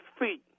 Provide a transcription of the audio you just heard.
feet